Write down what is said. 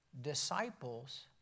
disciples